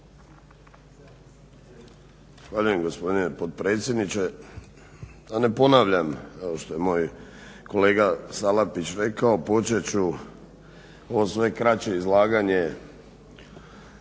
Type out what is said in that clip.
Zahvaljujem gospodine potpredsjedniče. Da ne ponavljam kao što je moj kolega Salapić rekao počet ću ovo svoje kraće izlaganje